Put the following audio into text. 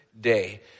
day